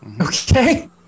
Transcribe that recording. Okay